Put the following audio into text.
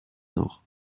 nord